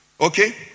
Okay